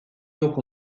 yok